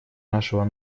нашего